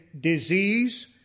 disease